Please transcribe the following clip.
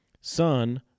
son